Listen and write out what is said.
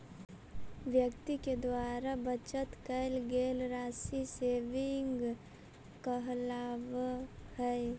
व्यक्ति के द्वारा बचत कैल गेल राशि सेविंग कहलावऽ हई